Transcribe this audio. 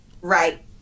Right